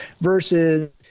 versus